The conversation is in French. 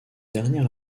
dernier